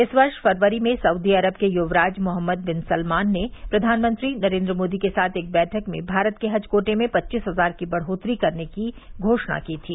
इस वर्ष फरवरी में सऊदी अरब के युवराज मोहम्मद विन सलमान ने प्रधानमंत्री नरेन्द्र मोदी के साथ एक बैठक में भारत के हज कोटे में पच्चीस हजार की बढोत्तरी करने की घोषणा की थी